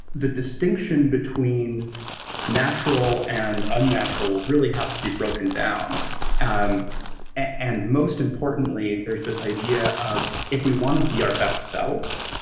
the distinction between natural and unnatural really have to be broken down um and most most importantly, there's this idea of if we want to be our best selves,